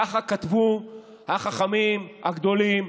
ככה כתבו החכמים הגדולים,